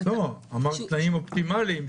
אמרת תנאים אופטימליים,